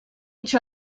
each